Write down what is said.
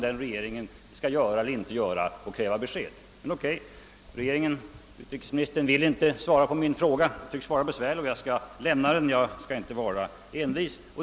Vem är det som över huvud taget kräver besked? Men okay, utrikesministern vill inte svara på min fråga; den tycks vara besvärlig. Jag skall därför inte vara envis utan lämna den.